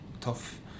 tough